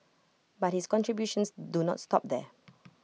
but his contributions do not stop there